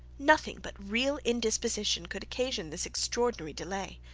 nothing but real indisposition could occasion this extraordinary delay.